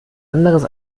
anderes